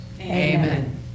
Amen